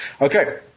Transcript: Okay